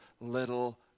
little